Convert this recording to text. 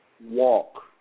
Walk